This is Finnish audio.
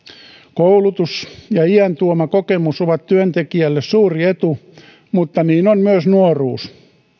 koulutus ja iän tuoma kokemus ovat työntekijälle suuri etu mutta niin on myös nuoruus